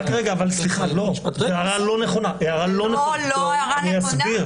רק רגע סליחה, הערה לא נכונה, אני אסביר